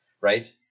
right